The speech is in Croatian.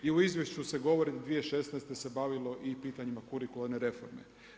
I u izvješću se govori da 2016. se bavilo i pitanjima kurikularne reforme.